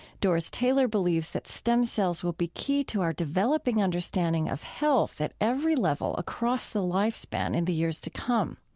doris taylor believes that stem cells will be key to our developing understanding of health at every level across the lifespan in the years to come.